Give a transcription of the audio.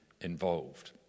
involved